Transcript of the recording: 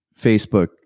Facebook